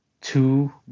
two